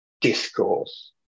discourse